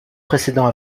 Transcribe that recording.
précédent